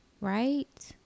Right